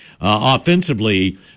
offensively